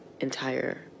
entire